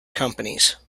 companies